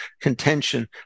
contention